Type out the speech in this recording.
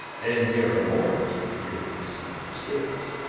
and we are alarmed to hear that he seems disturbed.